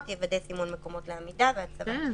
ויוודא סימון מקומות לעמידה ולהצבת שילוט".